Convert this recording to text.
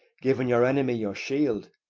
given your enemy your shield,